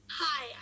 Hi